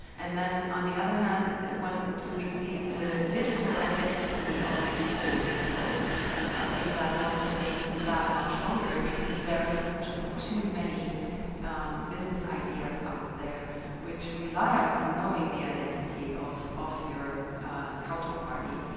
and then on the other hand, once we see the digital identity of people solved and i think that wont take that much longer because there are just too many business ideas out there which rely upon knowing the identity of of your counterparty.